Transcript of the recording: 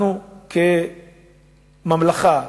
אנחנו כממלכה,